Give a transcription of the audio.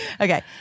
okay